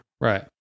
Right